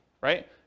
right